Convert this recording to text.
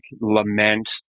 lament